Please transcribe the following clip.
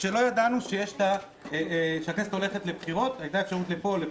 כשלא ידענו שהכנסת הולכת לבחירות הייתה אפשרות לפה או לפה.